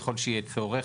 ככל שיהיה צורך,